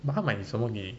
but 他买什么给你